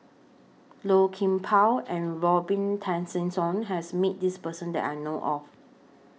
Low Kim Pong and Robin Tessensohn has Met This Person that I know of